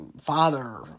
father